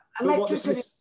electricity